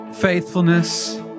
faithfulness